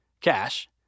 cash